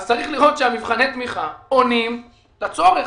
אז צריך לראות שמבחני התמיכה עונים לצורך